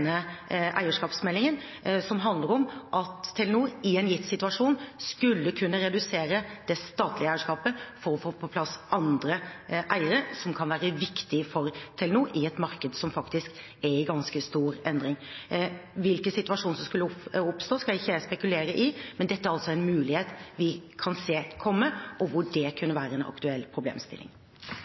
eierskapsmeldingen. Det handler om at Telenor i en gitt situasjon skulle kunne redusere det statlige eierskapet for å få på plass andre eiere, som kan være viktig for Telenor i et marked som er i ganske stor endring. Hvilke situasjoner som skulle oppstå, skal ikke jeg spekulere på, men dette er altså en mulighet vi kan se komme, og hvor det kunne være en aktuell problemstilling.